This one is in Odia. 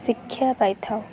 ଶିକ୍ଷା ପାଇଥାଉ